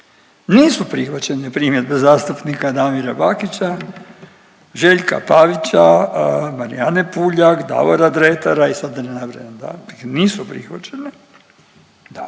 nisu prihvaćene primjedbe zastupnika Damira Bakića, Željka Pavića, Marijane Puljak, Davora Dretara i sad da ne nabrajam dalje, dakle nisu prihvaćene dalje.